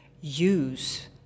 use